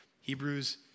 Hebrews